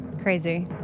Crazy